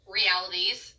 realities